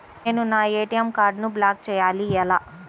నేను నా ఏ.టీ.ఎం కార్డ్ను బ్లాక్ చేయాలి ఎలా?